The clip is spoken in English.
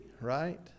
right